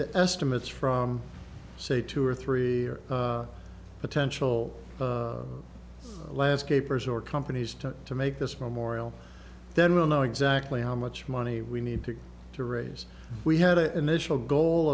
the estimates from say two or three or potential last capers or companies to to make this memorial then we'll know exactly how much money we need to to raise we had a initial goal